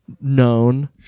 Known